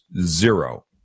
zero